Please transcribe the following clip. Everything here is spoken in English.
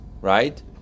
right